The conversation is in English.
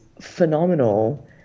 phenomenal